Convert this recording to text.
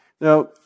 Now